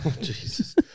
Jesus